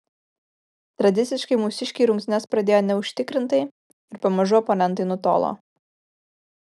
tradiciškai mūsiškiai rungtynes pradėjo neužtikrintai ir pamažu oponentai nutolo